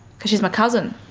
because she's my cousin,